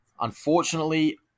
unfortunately